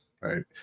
right